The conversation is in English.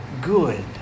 good